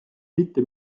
mitte